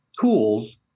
tools